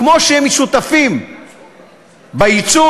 כמו שהם שותפים בייצור,